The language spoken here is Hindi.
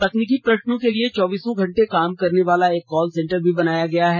तकनीकी प्रश्नों के लिए चौबीसों घंटे काम करने वाला एक कॉल सेंटर भी बनाया गया है